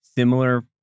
similar